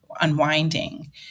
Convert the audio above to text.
unwinding